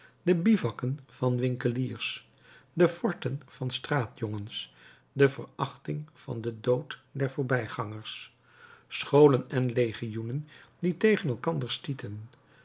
de bivakken van winkeliers de forten van straatjongens de verachting van den dood der voorbijgangers scholen en legioenen die tegen elkander stieten